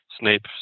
Snape